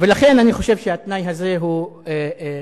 לכן אני חושב שהתנאי הזה הוא תנאי